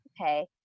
okay